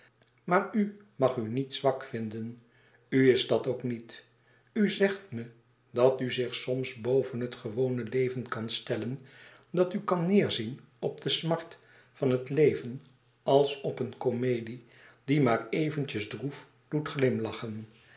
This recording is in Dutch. maar u mag u niet zwak vinden u is dat ook niet u zegt me dat u zich soms boven het gewone leven kan stellen dat u kan neêrzien op de smart van het leven als op een comedie die maar eventjes droef doet glimlachen